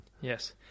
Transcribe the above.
Yes